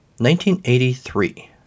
1983